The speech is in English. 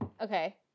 Okay